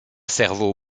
cerveau